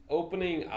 opening